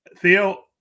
Theo